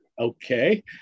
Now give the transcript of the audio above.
Okay